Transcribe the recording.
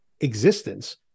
existence